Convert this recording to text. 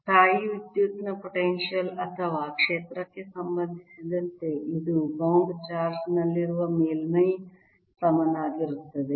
ಸ್ಥಾಯೀವಿದ್ಯುತ್ತಿನ ಪೊಟೆನ್ಶಿಯಲ್ ಅಥವಾ ಕ್ಷೇತ್ರಕ್ಕೆ ಸಂಬಂಧಿಸಿದಂತೆ ಇದು ಬೌಂಡ್ ಚಾರ್ಜ್ ನಲ್ಲಿರುವ ಮೇಲ್ಮೈಗೆ ಸಮನಾಗಿರುತ್ತದೆ